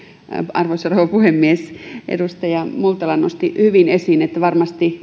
arvoisa rouva puhemies edustaja multala nosti hyvin esiin sen että varmasti useimmat